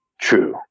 true